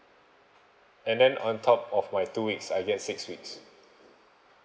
and then on top of my two weeks I get six weeks